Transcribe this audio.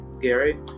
Gary